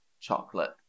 chocolate